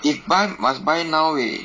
if buy must buy now eh